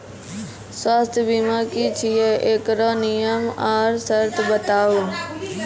स्वास्थ्य बीमा की छियै? एकरऽ नियम आर सर्त बताऊ?